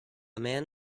man